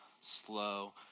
slow